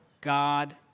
God